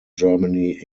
germany